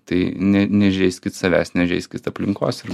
tai ne nežeiskit savęs nežeiskit aplinkos ir